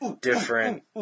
different